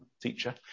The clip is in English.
teacher